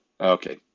okay